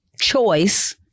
choice